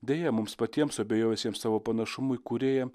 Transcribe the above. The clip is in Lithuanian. deja mums patiems suabejojusiems savo panašumu į kūrėją